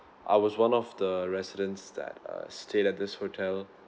I was one of the residents that uh stayed at this hotel